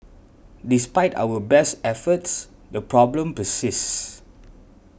despite our best efforts the problem persists